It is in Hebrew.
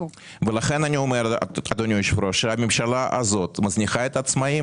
אני אומרת שהפתרון לכל הוא לפתוח את היבוא